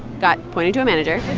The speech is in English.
got pointed to a manager.